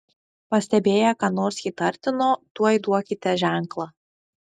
pastebėję ką nors įtartino tuoj duokite ženklą